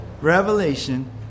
Revelation